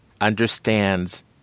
understands